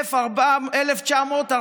1947,